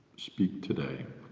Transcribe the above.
speak today